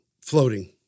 floating